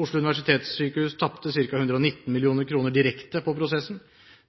Oslo universitetssykehus tapte ca. 119 mill. kr direkte på prosessen,